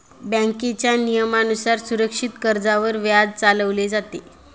बँकेच्या नियमानुसार सुरक्षित कर्जावर व्याज चालवले जाते